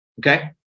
okay